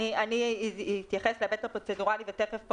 אני אתייחס להיבט הפרוצדוראלי ותכף פה